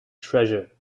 treasure